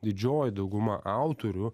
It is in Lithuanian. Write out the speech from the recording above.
didžioji dauguma autorių